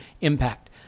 impact